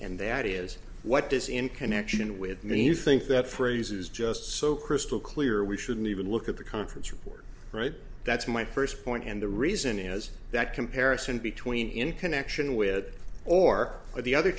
and that is what does in connection with mean you think that phrase is just so crystal clear we shouldn't even look at the conference report right that's my first point and the reason is that comparison between in connection with or with the other